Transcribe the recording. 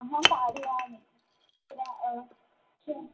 अहं पाठयामि तदा किम्